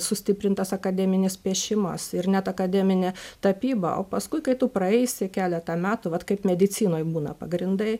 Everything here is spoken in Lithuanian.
sustiprintas akademinis piešimas ir net akademinė tapyba o paskui kai tu praeisi keletą metų vat kaip medicinoj būna pagrindai